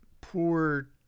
poor